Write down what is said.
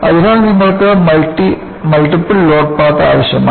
അതിനാൽ നിങ്ങൾക്ക് multiple load path ആവശ്യമാണ്